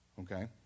Okay